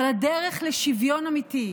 אבל הדרך לשוויון אמיתי,